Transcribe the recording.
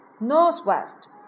northwest